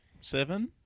seven